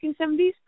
1970s